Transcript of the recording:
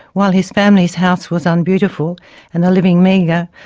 while his family's house was unbeautiful and the living meager,